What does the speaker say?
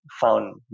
found